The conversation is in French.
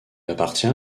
appartient